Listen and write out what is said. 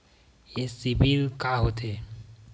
ये सीबिल का होथे?